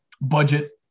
budget